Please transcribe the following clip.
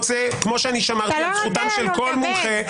כמו שאני שמרתי על זכותם של המומחים,